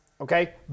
okay